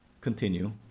continue